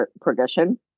progression